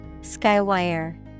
Skywire